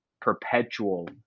perpetual